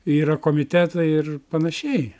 yra komitetai ir panašiai